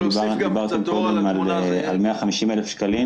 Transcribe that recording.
קודם, 150,000 שקלים